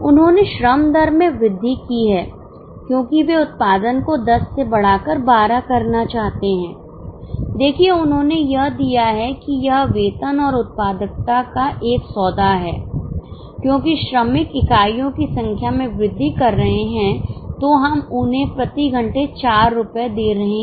उन्होंने श्रम दर में वृद्धि की है क्योंकि वे उत्पादन को 10 से बढ़ाकर 12 करना चाहते हैं देखिए उन्होंने यह दिया है कि यह वेतन और उत्पादकता का एक सौदा है क्योंकि श्रमिक इकाइयों की संख्या में वृद्धि कर रहे हैं तो हम उन्हें प्रति घंटे 4 रुपये दे रहे हैं